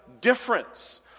difference